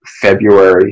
February